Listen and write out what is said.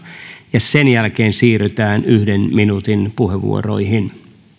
ja sen jälkeen siirrytään yhden minuutin puheenvuoroihin